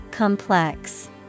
Complex